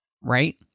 right